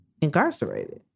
incarcerated